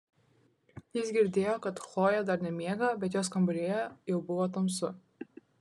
jis girdėjo kad chlojė dar nemiega bet jos kambaryje jau buvo tamsu